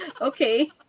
Okay